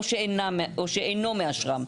או שאינו מאשרם.